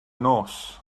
nos